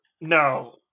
No